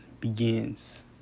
begins